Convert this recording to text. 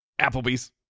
Applebee's